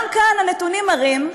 גם כאן הנתונים מראים,